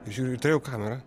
žiūriu turėjau kamerą